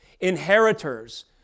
Inheritors